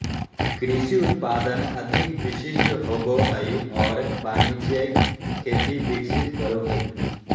कृषि उत्पादन अधिक विशिष्ट होबो हइ और वाणिज्यिक खेती विकसित करो हइ